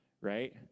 right